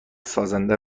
سازنده